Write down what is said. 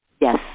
Yes